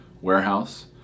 warehouse